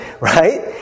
right